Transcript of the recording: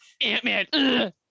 Ant-Man